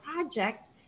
project